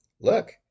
look